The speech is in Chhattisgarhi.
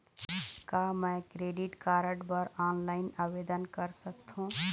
का मैं क्रेडिट कारड बर ऑनलाइन आवेदन कर सकथों?